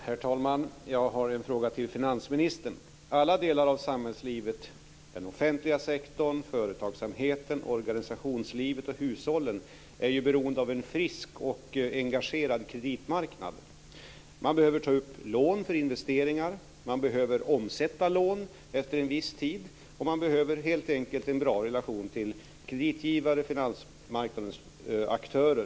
Herr talman! Jag har en fråga till finansministern. Alla delar av samhällslivet - den offentliga sektorn, företagsamheten, organisationslivet och hushållen - är ju beroende av en frisk och engagerad kreditmarknad. Man behöver ta lån för investeringar, man behöver omsätta lån efter en viss tid och man behöver helt enkelt en bra relation till kreditgivare och finansmarknadens aktörer.